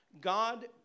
God